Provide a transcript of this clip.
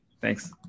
Thanks